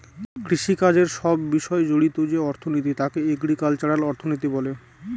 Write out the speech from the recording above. কৃষিকাজের সব বিষয় জড়িত যে অর্থনীতি তাকে এগ্রিকালচারাল অর্থনীতি বলে